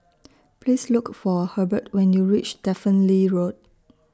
Please Look For Hebert when YOU REACH Stephen Lee Road